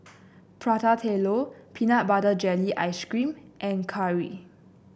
Prata Telur Peanut Butter Jelly Ice cream and curry